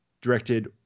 directed